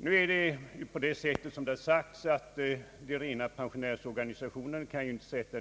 Nu är det ju på det sättet, som det här har sagts, att de rena pensionärsorganisationerna inte kan sätta